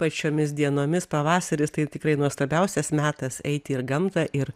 pačiomis dienomis pavasarį tai tikrai nuostabiausias metas eiti ir gamtą ir